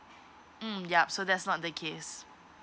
mm yup so that's not the case